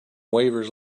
waivers